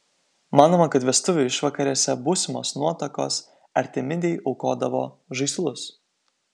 manoma kad vestuvių išvakarėse būsimos nuotakos artemidei aukodavo žaislus